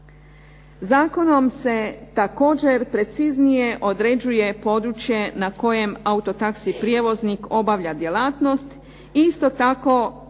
Zakonom se također preciznije određuje područje na kojemu auto taxi prijevoznik obavlja djelatnost, isto tako